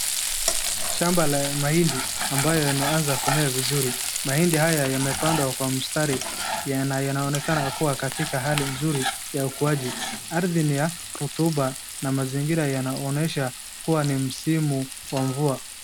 Shamba la mahindi ambayo yameanza kumea vizuri. Mahindi haya yamepandwa kwa mstari yanaonekana kuwa katika hali nzuri ya ukuaji. Ardhi ni ya rotuba na mazingira yanaonyesha kuwa ni msimu wa mvua.